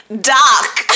Doc